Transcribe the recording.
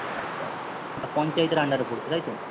আচ্ছা আচ্ছা পঞ্চায়েতের আন্ডারে পড়ছে তাই তো